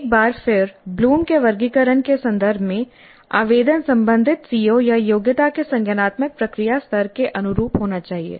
एक बार फिर ब्लूम के वर्गीकरण के संदर्भ में आवेदन संबंधित सीओ या योग्यता के संज्ञानात्मक प्रक्रिया स्तर के अनुरूप होना चाहिए